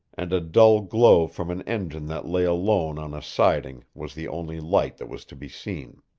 and a dull glow from an engine that lay alone on a siding was the only light that was to be seen.